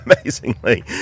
amazingly